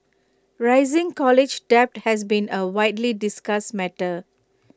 rising college debt has been A widely discussed matter